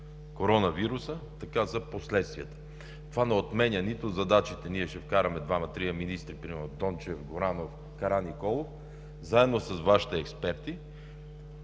коронавируса, така за последствията. Това не отменя задачите, ние ще вкараме двама-трима министри, например Дончев, Горанов, Караниколов, заедно с Вашите експерти.